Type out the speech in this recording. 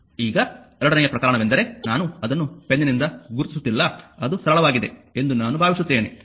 ಈಗ ಎರಡನೆಯ ಪ್ರಕರಣವೆಂದರೆ ನಾನು ಅದನ್ನು ಪೆನ್ನಿನಿಂದ ಗುರುತಿಸುತ್ತಿಲ್ಲ ಅದು ಸರಳವಾಗಿದೆ ಎಂದು ನಾನು ಭಾವಿಸುತ್ತೇನೆ